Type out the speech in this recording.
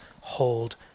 hold